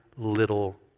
little